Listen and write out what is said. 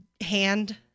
hand